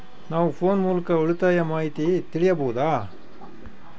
ನಾವು ಫೋನ್ ಮೂಲಕ ಉಳಿತಾಯದ ಮಾಹಿತಿ ತಿಳಿಯಬಹುದಾ?